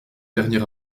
dernier